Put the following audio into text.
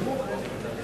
הורידו דגל ישראל.